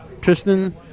Tristan